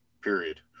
period